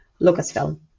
Lucasfilm